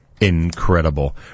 incredible